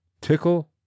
tickle